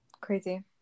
Crazy